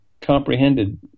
comprehended